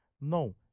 No